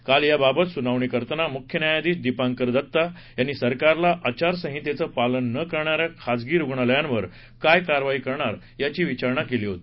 काल या बाबत सुनावणी करतांना मुख्य न्यायाधीश दिपांकर दत्ता यांनी सरकारला आचारसंहितेचं पालन न करणाऱ्या खाजगी रुग्णालयांवर काय कारवाई करणारा याची विचारणा केली होती